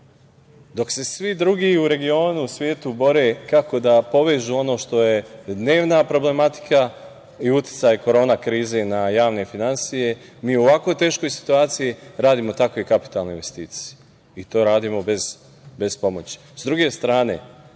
dok se svi drugi u regionu i svetu bore kako da povežu ono što je dnevna problematika i uticaj korona krize na javne finansije, mi u ovako teškoj situaciji radimo takve kapitalne investicije. I to radimo bez pomoći. Sa